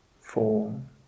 form